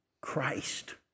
Christ